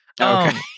Okay